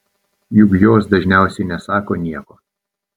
juk jos dažniausiai nesako nieko